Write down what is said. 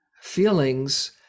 feelings